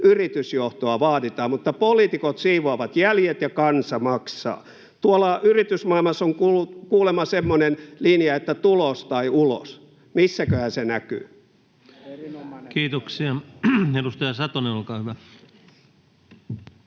yritysjohtoa vaaditaan, mutta poliitikot siivoavat jäljet ja kansa maksaa. Tuolla yritysmaailmassa on kuulemma semmoinen linja, että tulos tai ulos. Missäköhän se näkyy? [Välihuutoja — Perussuomalaisten